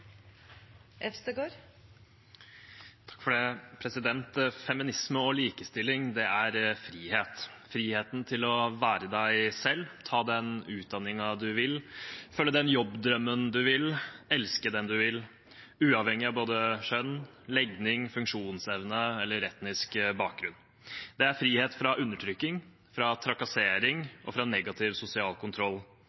frihet – friheten til å være seg selv, ta den utdanningen man vil, følge den jobbdrømmen man vil, elske den man vil, uavhengig av både kjønn, legning, funksjonsevne og etnisk bakgrunn. Det er frihet fra undertrykking, fra trakassering